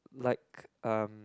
like um